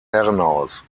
herrenhaus